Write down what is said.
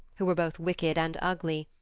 who were both wicked and ugly,